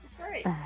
great